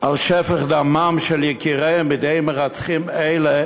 על שפך דמם של יקיריהם בידי מרצחים אלה,